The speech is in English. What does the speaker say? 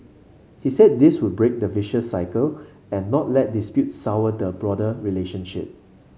he said this would break the vicious cycle and not let dispute sour the broader relationship